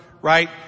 right